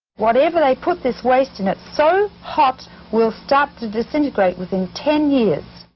whatever they put this waste in, it's so hot will start to disintegrate within ten years.